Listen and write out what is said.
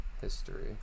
history